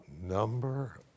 Number